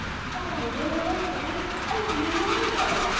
folding all the way forward, opening the window